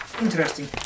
interesting